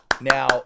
Now